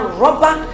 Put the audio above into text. rubber